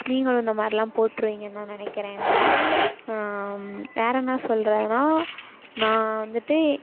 நீங்களும் இந்த மாதிரில்லாம் போட்டிருவீங்கன்னு நான் நினக்கிறேன் நான் வேறு என்ன சொல்கிறேன்னா நான் வந்துட்டு